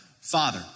father